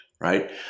right